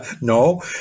No